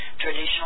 traditional